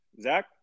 Zach